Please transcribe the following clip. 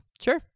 Sure